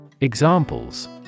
Examples